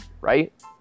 right